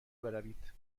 بروید